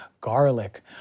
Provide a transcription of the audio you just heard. garlic